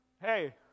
hey